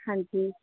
ਹਾਂਜੀ